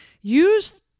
Use